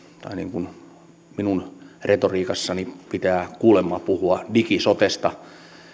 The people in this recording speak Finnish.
minun minun retoriikassani pitää kuulemma puhua digisotesta